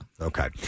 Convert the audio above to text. Okay